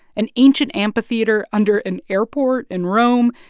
an ancient amphitheater under an airport in rome.